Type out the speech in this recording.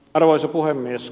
arvoisa puhemies